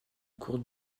courte